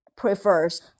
prefers